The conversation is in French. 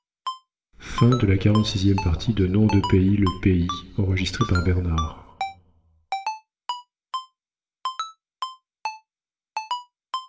le nom de